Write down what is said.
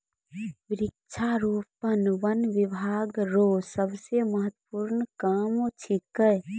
वृक्षारोपण वन बिभाग रो सबसे महत्वपूर्ण काम छिकै